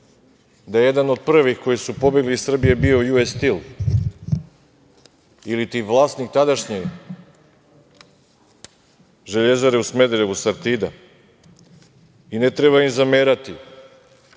da jedan od prvih koji su pobegli iz Srbije je bio „US Stil“ ili vlasnik tadašnje Železare u Smederevu „Sartid“. I ne treba im zamerati